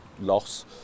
loss